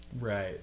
Right